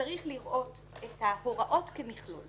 שצריך לראות את ההוראות כמכלול.